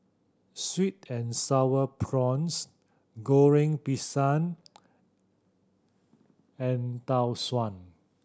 sweet and Sour Prawns Goreng Pisang and Tau Suan